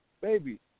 baby